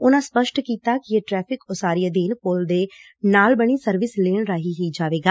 ਉਨੁਾ ਸਪੱਸਟ ਕੀਡਾ ਕਿ ਇਹ ਟ੍ਟੈਫਿਕ ਉਸਾਰੀ ਅਧੀਨ ਪੁਲ ਦੇ ਨਾਲ ਬਣੀ ਸਰਵਿਸ ਲੇਨ ਰਾਹੀਂ ਹੀ ਜਾਵੇਗਾ